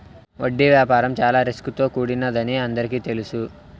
వడ్డీ వ్యాపారం చాలా రిస్క్ తో కూడినదని అందరికీ తెలుసు